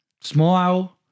Smile